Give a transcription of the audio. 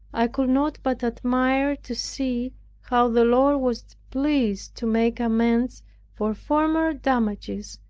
i could not but admire to see how the lord was pleased to make amends for former damages,